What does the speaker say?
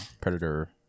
predator